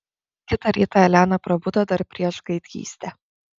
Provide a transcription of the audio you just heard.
kitą rytą elena prabudo dar prieš gaidgystę